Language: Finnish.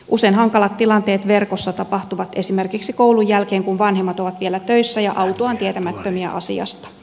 usein hankalat tilanteet verkossa tapahtuvat esimerkiksi koulun jälkeen kun vanhemmat ovat vielä töissä ja autuaan tietämättömiä asiasta